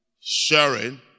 sharing